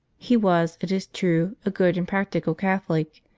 he was, it is true, a good and practical catholic,